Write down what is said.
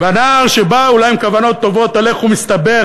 והנער שבא אולי עם כוונות טובות הולך ומסתבך,